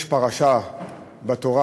יש פרשה בתורה,